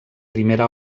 primera